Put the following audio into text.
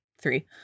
three